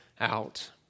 out